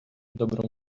dobrą